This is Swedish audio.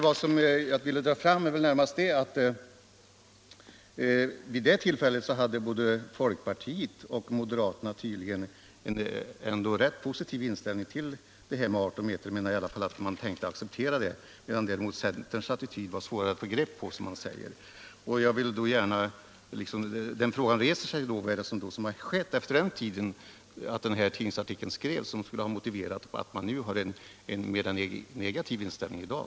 Vad jag vill dra fram är närmast att vid tidpunkten för tidningsartikeln hade både folkpartiet och moderaterna tydligen en rätt positiv inställning till gränsen 18 m och tänkte acceptera den, medan centerns attityd var svårare all få grepp om. Då uppstår frågan: Vad är det som skett sedan tidningsartikeln skrevs och som gör att man har en mer negativ inställning i dag?